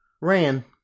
Ran